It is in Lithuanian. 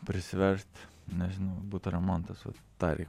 prisiversti nežinau buto remontas vat tą reik